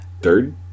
third